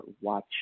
watch